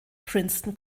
princeton